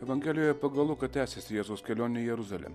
evangelijoje pagal luką tęsiasi jėzaus kelionė į jeruzalę